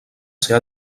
ser